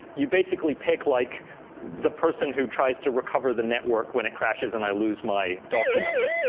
you basically pick like the person who tries to recover the network when it crashes and i lose my documents.